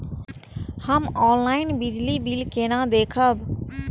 हम ऑनलाईन बिजली बील केना दूखमब?